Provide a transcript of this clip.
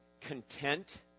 content